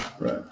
Right